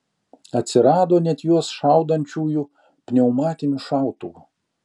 atsirado net juos šaudančiųjų pneumatiniu šautuvu